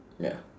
ya